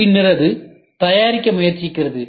பின்னர் அது தயாரிக்க முயற்சிக்கிறது